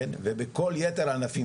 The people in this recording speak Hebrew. ובכל יתר הענפים,